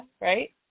right